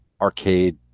arcade